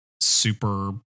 super